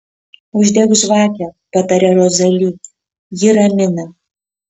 uždek žvakę pataria rozali ji ramina